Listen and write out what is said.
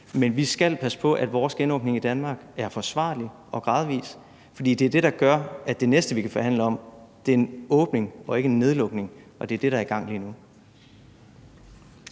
Men vi skal passe på, at vores genåbning af Danmark er forsvarlig og gradvis, for det er det, der gør, at det næste, vi kan forhandle om, er en åbning og ikke en nedlukning. Og det er det, der er i gang lige nu.